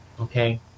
okay